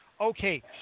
okay